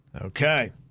Okay